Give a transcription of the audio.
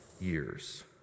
years